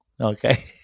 Okay